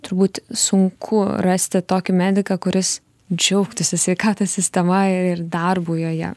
turbūt sunku rasti tokį mediką kuris džiaugtųsi sveikatos sistema ir darbu joje